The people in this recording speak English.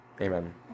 Amen